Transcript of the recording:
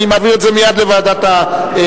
אני מעביר את זה מייד לוועדת הכנסת,